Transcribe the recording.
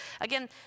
Again